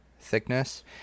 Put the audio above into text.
thickness